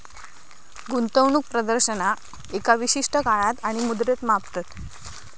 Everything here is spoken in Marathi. गुंतवणूक प्रदर्शनाक एका विशिष्ट काळात आणि मुद्रेत मापतत